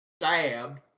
stabbed